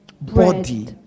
body